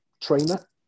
trainer